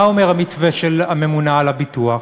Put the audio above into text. מה אומר המתווה של הממונה על הביטוח?